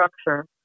structure